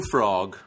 Frog